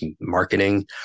marketing